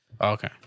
Okay